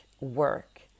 work